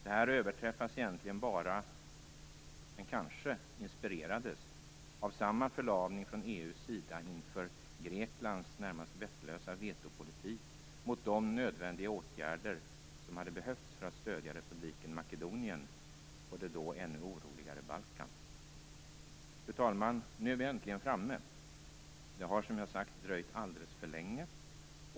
Det här överträffas egentligen bara, men kanske inspirerades, av samma förlamning från EU:s sida inför Greklands närmast vettlösa vetopolitik mot de åtgärder som hade behövts för att stödja republiken Makedonien på det då ännu oroligare Balkan. Fru talman! Nu är vi äntligen framme. Det har, som jag sagt, dröjt alldeles för länge.